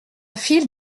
file